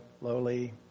lowly